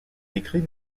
écrits